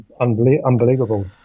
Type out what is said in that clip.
unbelievable